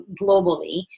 globally